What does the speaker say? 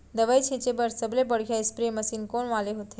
दवई छिंचे बर सबले बढ़िया स्प्रे मशीन कोन वाले होथे?